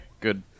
good